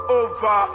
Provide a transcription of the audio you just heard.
over